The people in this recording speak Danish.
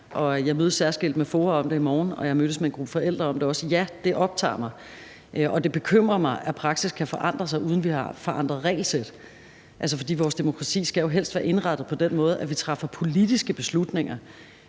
jeg mødes særskilt med FOA om det i morgen, og jeg har også mødtes med en gruppe forældre om det. Det optager mig, og det bekymrer mig, at praksis kan forandre sig, uden at vi har forandret regelsættet. For vores demokrati skal jo helst være indrettet på den måde, at vi træffer politiske beslutninger